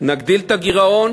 נגדיל את הגירעון